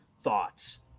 thoughts